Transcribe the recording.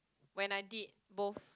when I did both